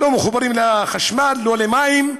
לא מחוברים לחשמל, לא למים,